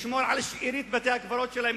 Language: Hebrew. לשמור על שארית בתי-הקברות שלהם,